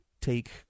take